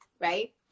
right